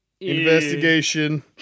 Investigation